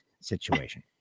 situation